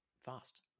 fast